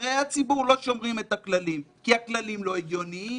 שנבחרי הציבור לא שומרים את הכללים כי הכללים לא הגיוניים